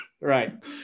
right